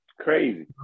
Crazy